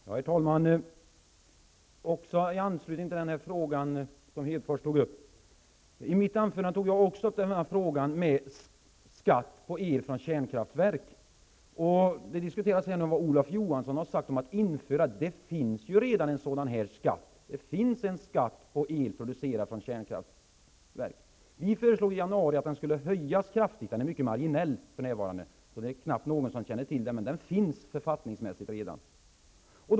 Herr talman! I anslutning till den fråga som Lars Hedfors tog upp vill jag säga att jag i mitt anförande tog upp detta med skatt på el från kärnkraftverk. Det diskuteras nu vad Olof Johansson har sagt om att införa den. Det finns ju redan en sådan skatt. Det finns en skatt på el producerad i kärnkraftsverk. Vi föreslog i januari att den skulle höjas kraftigt. Den är mycket marginell för närvarande, så det är knappt någon som känner till den, men den finns författningsmässigt redan.